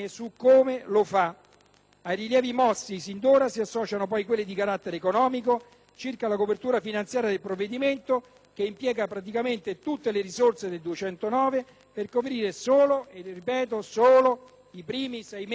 Ai rilievi mossi sinora si associano, poi, quelli di carattere economico circa la copertura finanziaria del provvedimento, che impiega praticamente tutte le risorse del 2009 per coprire solo - lo sottolineo - i primi sei mesi dell'anno.